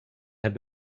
had